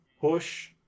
push